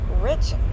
rich